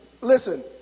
listen